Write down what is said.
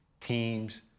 teams